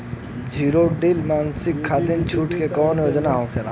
Zero till machine खाती छूट के कवन योजना होला?